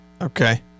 Okay